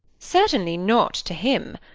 certainly not to him.